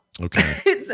Okay